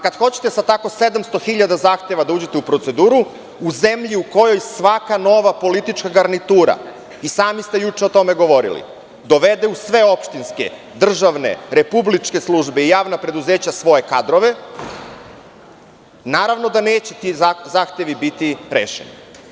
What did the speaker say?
Kada hoćete sa tako 700 hiljada zahteva da uđete u proceduru, u zemlji i kojoj svaka nova politička garnitura, i sami ste juče o tome govorili, dovede u sve opštinske, državne, republičke službe i javna preduzeća svoje kadrove, naravno da neće ti zahtevi biti rešeni.